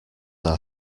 are